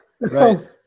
right